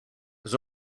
was